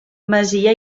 masia